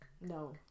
no